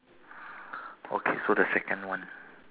with nothing inside